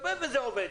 וזה עובד,